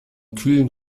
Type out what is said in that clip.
kühlen